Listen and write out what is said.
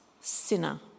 sinner